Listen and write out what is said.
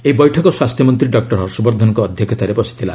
ଏହି ବୈଠକ ସ୍ୱାସ୍ଥ୍ୟ ମନ୍ତ୍ରୀ ଡକ୍ଟର ହର୍ଷବର୍ଦ୍ଧନଙ୍କ ଅଧ୍ୟକ୍ଷତାରେ ବସିଥିଲା